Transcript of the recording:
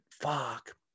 fuck